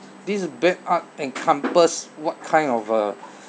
this bad art encompass what kind of uh